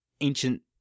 ancient